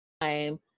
time